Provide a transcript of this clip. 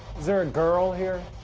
is there a girl here?